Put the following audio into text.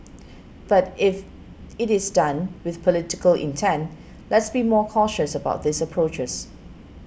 but if it is done with political intent let's be more cautious about these approaches